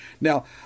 Now